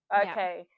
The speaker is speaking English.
okay